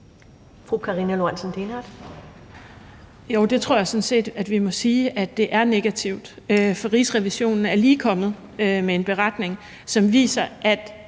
jeg tror sådan set, vi må sige, at det er negativt. For Rigsrevisionen er lige kommet med en beretning, som viser, at